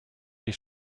die